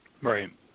Right